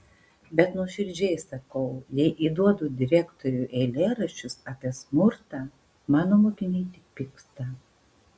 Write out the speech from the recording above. bet nuoširdžiai sakau jei įduodu direktoriui eilėraščius apie smurtą mano mokiniai tik pyksta